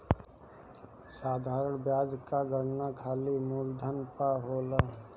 साधारण बियाज कअ गणना खाली मूलधन पअ होला